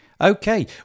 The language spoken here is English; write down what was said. Okay